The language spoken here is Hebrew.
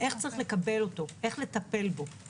איך יש לטפל בו ולקבל אותות.